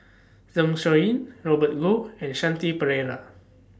Zeng Shouyin Robert Goh and Shanti Pereira